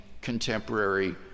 contemporary